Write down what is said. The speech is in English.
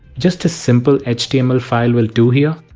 just a simple html file will do here.